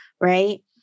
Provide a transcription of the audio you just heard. right